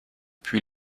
puis